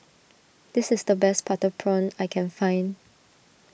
this is the best Butter Prawn I can find